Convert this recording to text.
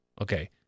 Okay